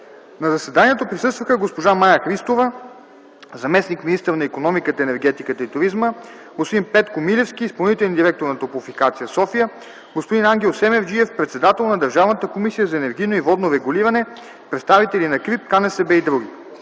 На заседанието присъстваха госпожа Мая Христова – заместник-министър на икономиката, енергетиката и туризма, господин Петко Милевски – изпълнителен директор на Топлофикация - София, господин Ангел Семерджиев – председател на Държавната комисия за енергийно и водно регулиране, представители на КРИБ, КНСБ и други.